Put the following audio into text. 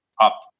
up